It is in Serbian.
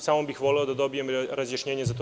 Samo bih voleo da dobijem razjašnjenje za to.